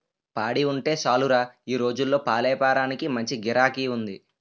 పాడి ఉంటే సాలురా ఈ రోజుల్లో పాలేపారానికి మంచి గిరాకీ ఉంది